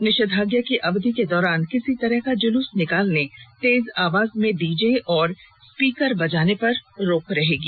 निषेधाज्ञा की अवधि के दौरान किसी तरह का जुलूस निकालने तेज आवाज में डी जे और स्पीकर बजाने पर रोक रहेगी